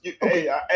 Hey